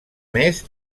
més